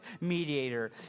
mediator